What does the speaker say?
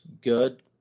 good